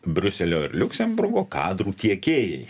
briuselio ir liuksemburgo kadrų tiekėjai